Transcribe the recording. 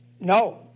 no